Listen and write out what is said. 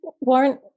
Warren